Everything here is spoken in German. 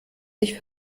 sich